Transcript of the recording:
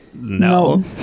no